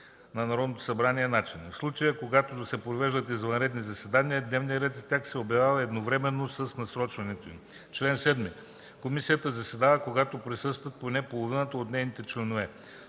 на Народното събрание начини. В случаите, когато се провеждат извънредни заседания, дневният ред за тях се обявява едновременно с насрочването им. Чл. 7. Комисията заседава, когато присъстват поне половината от нейните членове.